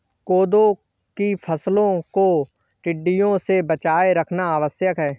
कोदो की फसलों को टिड्डों से बचाए रखना आवश्यक है